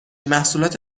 محصولات